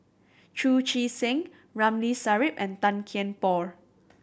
Chu Chee Seng Ramli Sarip and Tan Kian Por